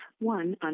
one